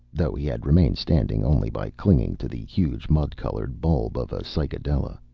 though he had remained standing only by clinging to the huge, mud-colored bulb of a cycadella.